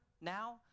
now